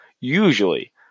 usually